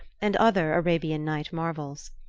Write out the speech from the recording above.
and other arabian night marvels.